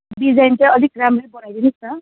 design चाहिँ अलिक राम्रै बनाइदिनुस् न